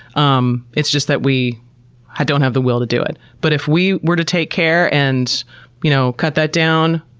um it's just that we don't have the will to do it. but if we were to take care and you know cut that down,